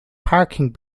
parking